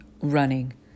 running